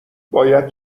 باید